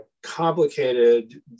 complicated